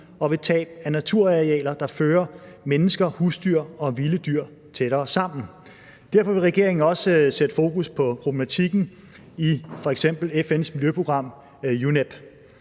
og ved tab af naturarealer, der fører mennesker, husdyr og vilde dyr tættere sammen. Derfor vil regeringen også sætte fokus på problematikken i f.eks. FN's miljøprogram UNEP.